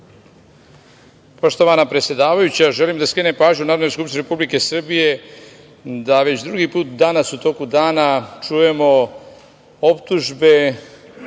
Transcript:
skupštine. Poštovana predsedavajuća, želim da skrenem pažnju Narodnoj skupštini Republike Srbije da već drugi put danas u toku dana čujemo optužbe